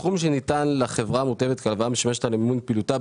"הסכום שניתן לחברה כהלוואה משמש אותה למימון פעילותה",